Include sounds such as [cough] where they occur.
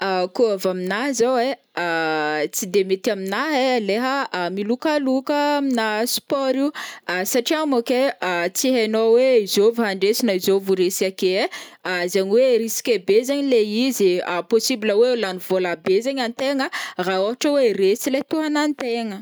Koa avy amina zao ai [hesitation] tsy de mety amina ai leha milokaloka amina sport io, [hesitation] satria monka ai [hesitation] tsy hainao oe izôvy handresy na izôvy ho resy ake ai, [hesitation] zegny oe risqué be zegny le izy e, [hesitation] possible oe lagny vola be zegny antegna ra ôhatra resy le tohanantegna.